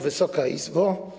Wysoka Izbo!